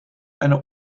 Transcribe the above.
eine